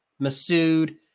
Masood